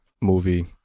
movie